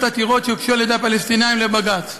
עתירות שהוגשו על-ידי הפלסטינים לבג"ץ.